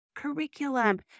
curriculum